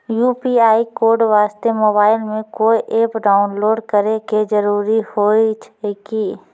UPI code वास्ते mobile मे कोय एप्प डाउनलोड करे के जरूरी होय छै की?